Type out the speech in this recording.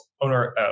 owner